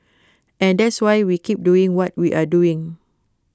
and that's why we keep doing what we're doing